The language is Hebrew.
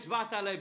הצבעת עליי.